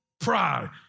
Pride